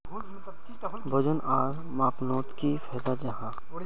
वजन आर मापनोत की फायदा जाहा?